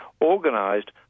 organised